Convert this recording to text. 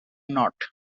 not